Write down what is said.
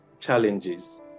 challenges